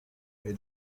they